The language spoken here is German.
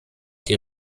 die